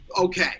okay